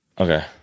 okay